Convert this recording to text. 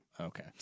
okay